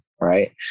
Right